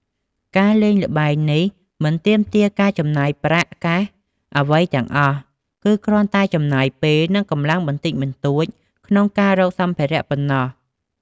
ការលេងល្បែងនេះមិនទាមទារការចំណាយប្រាក់កាសអ្វីទាំងអស់ គឺគ្រាន់តែចំណាយពេល និងកម្លាំងបន្តិចបន្តួចក្នុងការរកសម្ភារៈប៉ុណ្ណោះ។